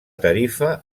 tarifa